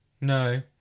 No